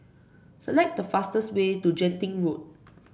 select the fastest way to Genting Road